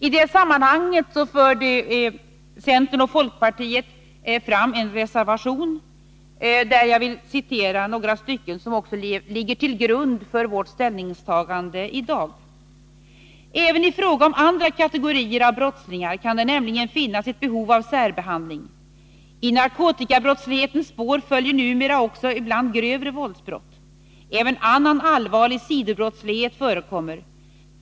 I det sammanhanget förde centern och folkpartiet fram en reservation, ur vilken jag vill citera några rader som också ligger till grund för vårt ställningstagande i dag: ”Även i fråga om andra kategorier av brottslingar kan det nämligen finnas ett behov av särbehandling. I narkotikabrottslighetens spår följer numera också ibland grövre våldsbrott. Även annan allvarlig sidobrottslighet förekommer.